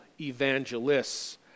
evangelists